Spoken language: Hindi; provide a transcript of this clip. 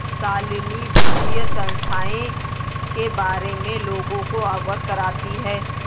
शालिनी वित्तीय संस्थाएं के बारे में लोगों को अवगत करती है